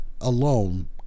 alone